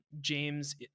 James